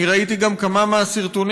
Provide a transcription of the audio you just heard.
אני ראיתי גם כמה מהסרטונים,